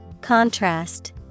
Contrast